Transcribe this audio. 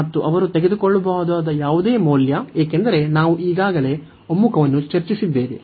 ಮತ್ತು ಅವರು ತೆಗೆದುಕೊಳ್ಳಬಹುದಾದ ಯಾವುದೇ ಮೌಲ್ಯ ಏಕೆಂದರೆ ನಾವು ಈಗಾಗಲೇ ಒಮ್ಮುಖವನ್ನು ಚರ್ಚಿಸಿದ್ದೇವೆ